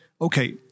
okay